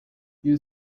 you